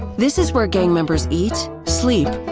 this is where gang members eat, sleep,